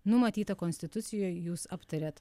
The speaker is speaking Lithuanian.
numatyta konstitucijoj jūs aptarėt